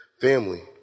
family